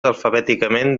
alfabèticament